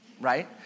right